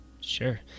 Sure